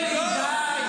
אלי, די.